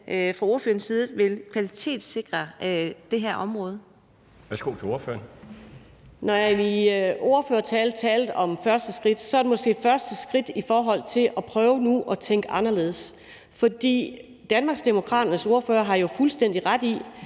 fra ordførerens side vil kvalitetssikre det her område?